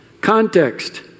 Context